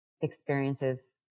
experiences